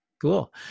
cool